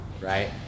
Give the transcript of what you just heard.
right